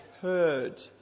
heard